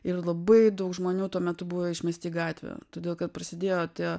ir labai daug žmonių tuo metu buvę išmesti į gatvę todėl kad prisidėjo tie